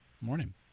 morning